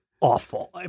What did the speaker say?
awful